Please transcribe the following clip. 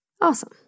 Awesome